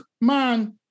man